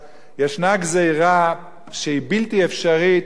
שהיא בלתי אפשרית לא רק במדינה יהודית אלא בשום מדינה.